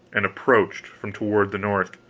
and approached from toward the north.